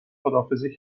خداحافظی